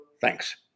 Thanks